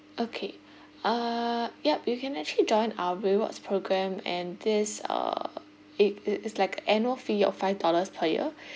okay uh yup you can actually join our rewards programme and this uh it it is like a annual fee of five dollars per year